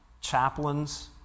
chaplains